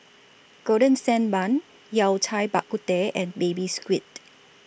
Golden Sand Bun Yao Cai Bak Kut Teh and Baby Squid